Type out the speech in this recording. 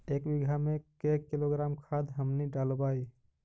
एक बीघा मे के किलोग्राम खाद हमनि डालबाय?